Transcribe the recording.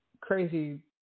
crazy